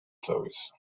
service